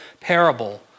parable